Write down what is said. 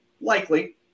likely